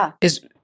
is-